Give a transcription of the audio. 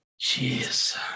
Jeez